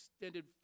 extended